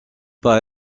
pas